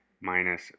minus